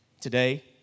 today